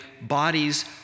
bodies